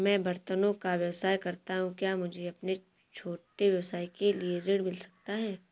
मैं बर्तनों का व्यवसाय करता हूँ क्या मुझे अपने छोटे व्यवसाय के लिए ऋण मिल सकता है?